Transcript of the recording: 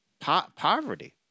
poverty